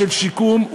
של שיקום,